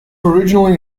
originally